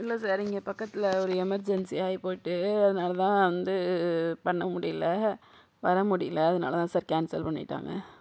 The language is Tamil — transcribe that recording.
இல்லை சார் இங்கே பக்கத்தில் ஒரு எமர்ஜென்சியாகி போய்ட்டு அதனாலதான் வந்து பண்ண முடியால வர முடியல அதனாலதான் சார் கேன்சல் பண்ணிட்டாங்க